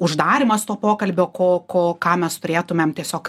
uždarymas to pokalbio ko ko ką mes turėtumėm tiesiog